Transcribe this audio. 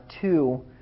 two